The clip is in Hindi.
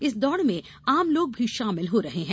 इस दौड़ में आमलोग भी शामिल हो रहे हैं